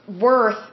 worth